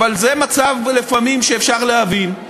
אבל זה מצב שלפעמים אפשר להבין,